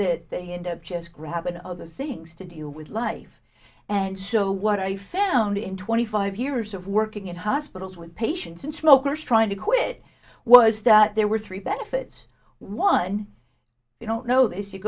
that they end up just grabbing other things to do with life and so what i found in twenty five years of working in hospitals with patients and smokers trying to quit was that there were three benefits one you don't know